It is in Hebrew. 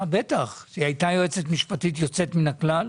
היא הייתה יועצת משפטית יוצאת מן הכלל.